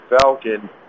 Falcon